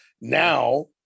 Now